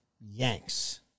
yanks